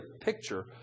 picture